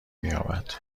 مییابد